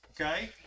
okay